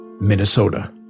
minnesota